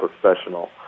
professional